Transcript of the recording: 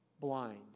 blind